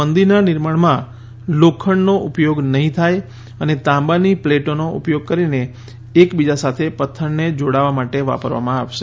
મંદિરના નિર્માણમાં લોખંડનો ઉપયોગ નહીં થાય અને તાંબાની પ્લેટોનો ઉપયોગ કરીને એકબીજા સાથે પથ્થરને જોડાવા માટે વાપરવામાં આવશે